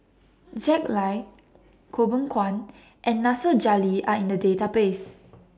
Jack Lai Goh Beng Kwan and Nasir Jalil Are in The Database